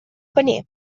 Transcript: paner